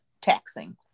taxing